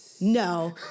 No